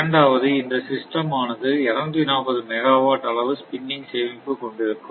இரண்டாவது இந்த சிஸ்டம் ஆனது 240 மெகா வாட் அளவு ஸ்பின்னிங் சேமிப்பு கொண்டிருக்கும்